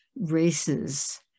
races